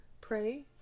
pray